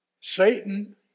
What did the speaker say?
Satan